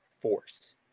force